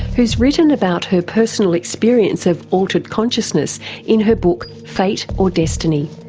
who's written about her personal experience of altered consciousness in her book fate or destiny.